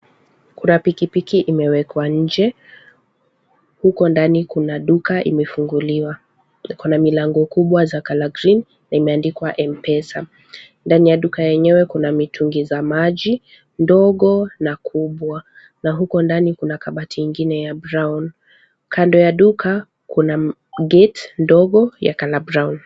Kuna pikipiki imewekwa nje huko ndani kuna duka imefunguliwa. Iko na milango kubwa za colour green na imeandikwa M-pesa. Ndani ya duka yenyewe kuna mitungi za maji ndogo na kubwa na huko ndani kuna kabati ingine ya brown . Kando ya duka kuna gate ndogo ya colour brown .